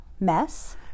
mess